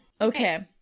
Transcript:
Okay